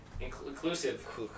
inclusive